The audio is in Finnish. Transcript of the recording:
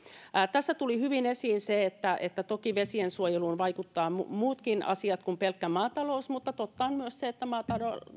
tässä tuli hyvin esiin se että että toki vesiensuojeluun vaikuttavat muutkin asiat kuin pelkkä maatalous mutta totta on myös se että